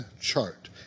chart